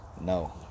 No